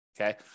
okay